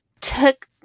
took